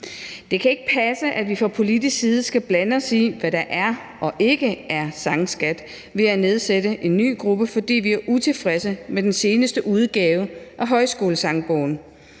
Det kan ikke passe, at vi fra politisk side skal blande os i, hvad der er og ikke er sangskat ved at nedsætte en ny gruppe, fordi vi er utilfredse med den seneste udgave af Højskolesangbogen.